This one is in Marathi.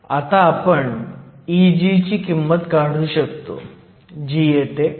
आतअ आपण Eg ची किंमत काढू शकतो जी येते 1